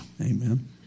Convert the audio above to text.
amen